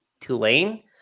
Tulane